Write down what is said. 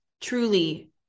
truly